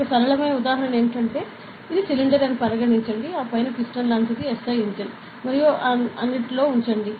ఒక సరళమైన ఉదాహరణ ఏమిటంటే ఇది సిలిండర్ అని పరిగణించండి ఆపై పిస్టన్ లాంటిది SI ఇంజిన్ మరియు అన్నిటిలో ఉంచండి